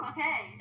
Okay